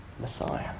Messiah